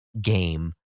game